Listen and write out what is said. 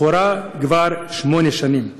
מכורה כבר שמונה שנים,